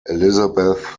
elizabeth